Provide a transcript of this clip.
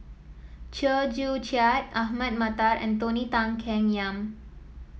Chew Joo Chiat Ahmad Mattar and Tony Tan Keng Yam